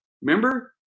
Remember